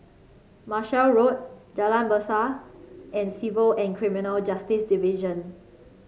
Marshall Road Jalan Besar and Civil and Criminal Justice Division